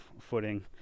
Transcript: footing